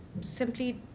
simply